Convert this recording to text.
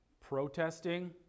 protesting